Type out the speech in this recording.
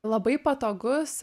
labai patogus